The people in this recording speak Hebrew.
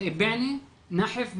בועיינה, נחף וראמה.